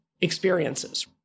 experiences